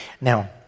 Now